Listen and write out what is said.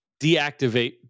Deactivate